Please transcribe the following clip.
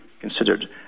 considered